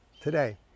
Today